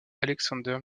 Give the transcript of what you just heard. alexander